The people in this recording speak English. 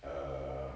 err